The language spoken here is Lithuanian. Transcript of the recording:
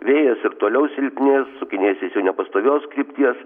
vėjas ir toliau silpnės sukinėsis jau nepastovios krypties